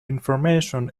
information